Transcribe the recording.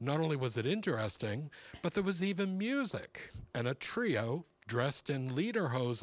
not only was it interesting but there was even music and a trio dressed in leader hose